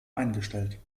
eingestellt